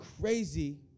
crazy